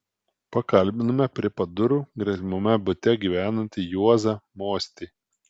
pakalbinome prie pat durų gretimame bute gyvenantį juozą mostį